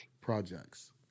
projects